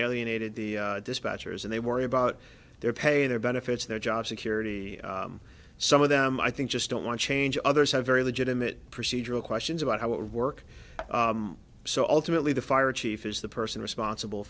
alienated the dispatcher's and they worry about their pay their benefits their job security some of them i think just don't want change others have very legitimate procedural questions about how it would work so ultimately the fire chief is the person responsible